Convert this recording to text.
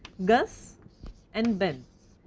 gus and ben,